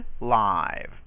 live